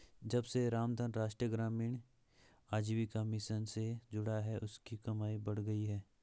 जब से रामधन राष्ट्रीय ग्रामीण आजीविका मिशन से जुड़ा है उसकी कमाई बढ़ गयी है